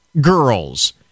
girls